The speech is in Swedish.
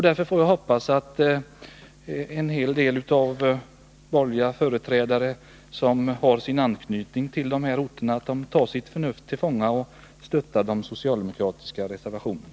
Därför får jag hoppas att en hel del borgerliga företrädare, som har anknytning till de här orterna, tar sitt förnuft till fånga och stöttar de socialdemokratiska reservationerna.